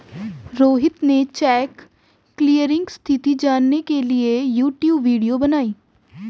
रोहित ने cheque clearing स्थिति जानने के लिए यूट्यूब वीडियो बनाई